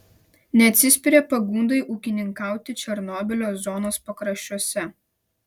neatsispiria pagundai ūkininkauti černobylio zonos pakraščiuose